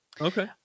Okay